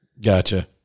Gotcha